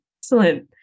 Excellent